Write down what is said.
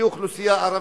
כאוכלוסייה ערבית,